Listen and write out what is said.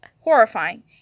Horrifying